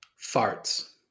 farts